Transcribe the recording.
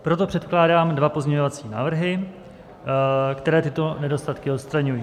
Proto předkládám dva pozměňovací návrhy, které tyto nedostatky odstraňují.